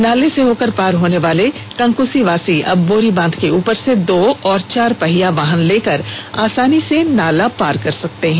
नाले से होकर पार होने वाले कंकुसीवासी अब बोरीबांध के उपर से दो और चार पहिया वाहन लेकर आसानी से नाला पार कर सकते हैं